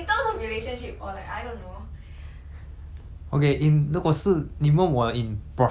okay in 如果是你问我 in professional professional wise